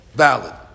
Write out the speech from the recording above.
valid